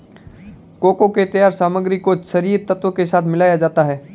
cocoa के तैयार सामग्री को छरिये तत्व के साथ मिलाया जाता है